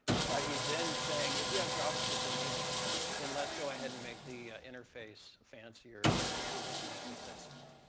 but he's then saying if you have javascript enabled then let's go ahead and make the interface fancier and let's make it accessible.